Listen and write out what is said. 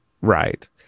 Right